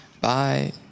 Bye